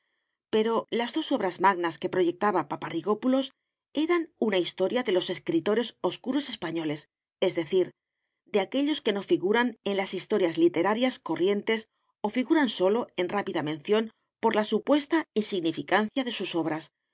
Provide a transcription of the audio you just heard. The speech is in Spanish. pero las dos obras magnas que proyectaba paparrigópulos eran una historia de los escritores oscuros españoles es decir de aquellos que no figuran en las historias literarias corrientes o figuran sólo en rápida mención por la supuesta insignificancia de sus obras